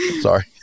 Sorry